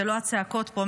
זה לא הצעקות פה.